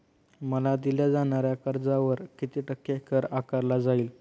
मला दिल्या जाणाऱ्या कर्जावर किती टक्के कर आकारला जाईल?